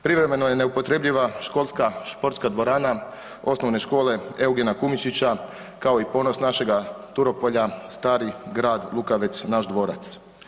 Privremeno je neupotrebljiva školska športska dvorana Osnovne škole Eugena Kumičića kao i ponos našega Turopolja stari grad Lukavec naš dvorac.